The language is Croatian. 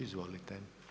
Izvolite.